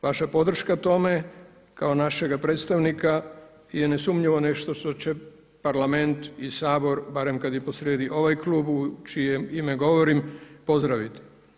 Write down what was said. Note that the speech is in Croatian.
Vaša podrška tome kao našega predstavnika je nesumnjivo što će Parlament i Sabor barem kada je posrijedi ovaj klub u čije ime govorim, pozdraviti.